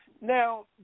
Now